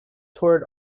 toward